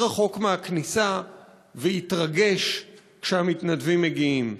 רחוק מהכניסה ויתרגש כשהמתנדבים מגיעים.